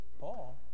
Paul